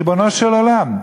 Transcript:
ריבונו של עולם,